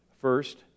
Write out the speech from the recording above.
First